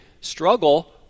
struggle